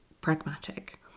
pragmatic